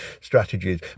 strategies